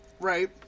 Right